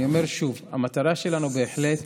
אני אומר שוב: המטרה שלנו היא בהחלט